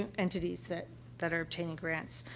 and entities that that are obtaining grants.